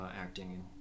acting